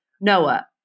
Noah